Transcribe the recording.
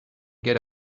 get